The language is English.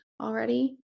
already